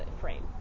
frame